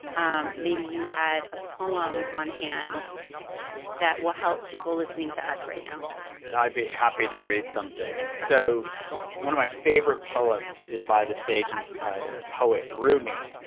um maybe you had a poem on hand that will help people listening to us right now i'd be happy to read something. so one of my favorite poems is by the sage and poet rumi.